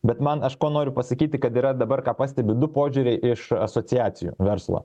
bet man aš noriu pasakyti kad yra dabar ką pastebiu du požiūriai iš asociacijų verslo